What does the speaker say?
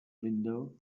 window